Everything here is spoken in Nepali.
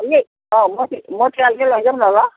यै अँ मोती मोतीलालकै लैजाऊँ न त ल